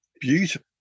beautiful